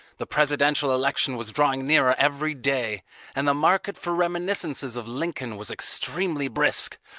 the presidential election was drawing nearer every day and the market for reminiscences of lincoln was extremely brisk,